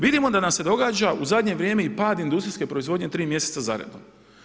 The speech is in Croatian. Vidimo da nam se događa u zadnje vrijeme i pad industrijske proizvodnje 3 mjeseca zaredom.